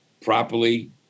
properly